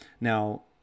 now